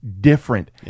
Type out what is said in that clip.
different